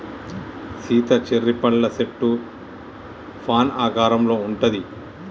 Sita cherry పళ్ళ సెట్టు fan ఆకారంలో ఉంటది